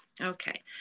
Okay